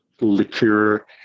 liqueur